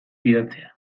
fidatzea